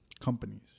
companies